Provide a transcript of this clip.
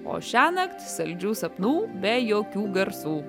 o šiąnakt saldžių sapnų be jokių garsų